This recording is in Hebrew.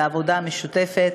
על העבודה המשותפת.